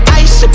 ice